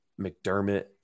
McDermott